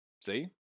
See